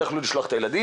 שלא יכלו לשלוח את הילדים.